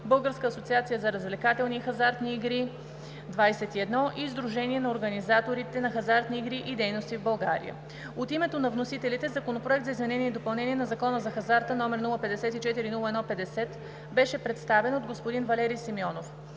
Българска асоциация за развлекателни и хазартни игри – 21, и Сдружение на организаторите на хазартни игри и дейности в България. От името на вносителите Законопроект за изменение и допълнение на Закона за хазарта, № 054-01-50, беше представен от господин Валери Симеонов.